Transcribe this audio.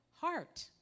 heart